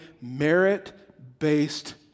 merit-based